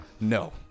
No